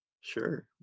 Sure